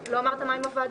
לא אמרת מה עם הוועדות.